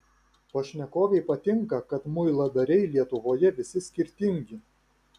pašnekovei patinka kad muiladariai lietuvoje visi skirtingi